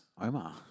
Omar